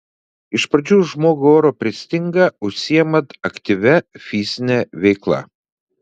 iš pradžių žmogui oro pristinga užsiimant aktyvia fizine veikla